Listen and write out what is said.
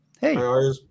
Hey